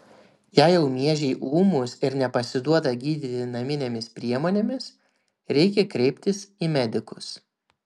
jei jau miežiai ūmūs ir nepasiduoda gydyti naminėmis priemonėmis reikia kreiptis į medikus